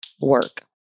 Work